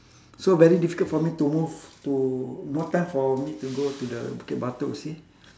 so very difficult for me to move to no time for me to go to the bukit batok see